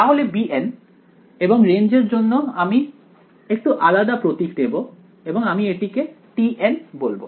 তাহলে bn এবং রেঞ্জের জন্য আমি একটু আলাদা প্রতীক নেবো এবং আমি এটিকে tn বলবো